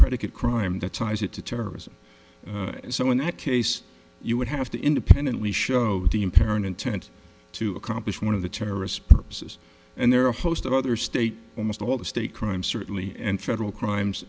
predicate crime that ties it to terrorism so in that case you would have to independently show impair an intent to accomplish one of the terrorist purposes and there are a host of other states almost all the state crime certainly and federal crimes